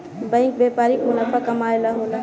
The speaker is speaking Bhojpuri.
बैंक व्यापारिक मुनाफा कमाए ला होला